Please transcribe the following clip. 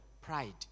Pride